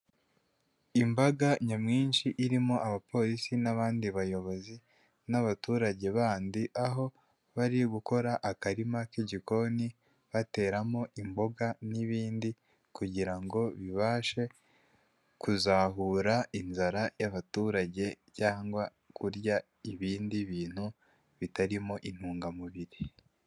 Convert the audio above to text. Imbaga nyamwinshi irimo abapolisi n'abandi bayobozi n'abaturage bandi, aho bari gukora akarima k'igikoni bateramo imboga n'ibindi kugira ngo bibashe kuzahura inzara y'abaturage cyangwa kurya ibindi bintu bitarimo intungamubiri.